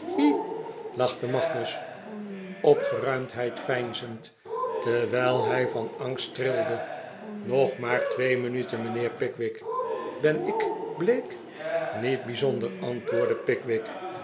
lachte magnus opgeruimdheid veinzend terwijl hij van angst trilde nog maar twee minuten mijnheer pickwick ben ik bleek niet bijzonder antwoordde pickwick